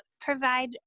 provide